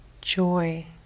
Joy